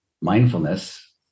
mindfulness